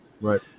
Right